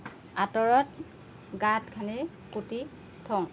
আঁতৰত গাঁত খান্দি পুতি থওঁ